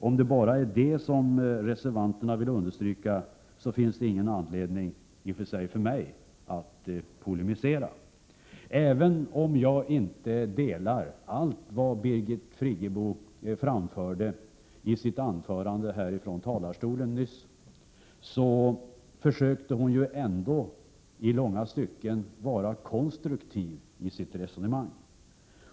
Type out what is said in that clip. Om det bara är det som reservanterna vill understryka, finns det ingen anledning för mig att polemisera. Även om jag inte instämmer i allt det som Birgit Friggebo framförde i sitt anförande från talarstolen nyss, måste jag medge att hon i långa stycken försökte vara konstruktiv i sitt resonemang.